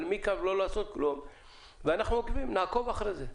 אנחנו נעקוב אחרי זה.